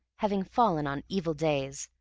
having fallen on evil days,